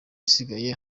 isigaye